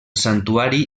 santuari